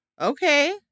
Okay